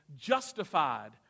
justified